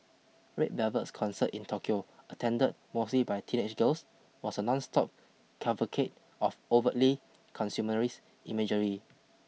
Red Velvet's concert in Tokyo attended mostly by teenage girls was a nonstop cavalcade of overtly consumerist imagery